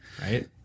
right